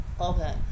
Okay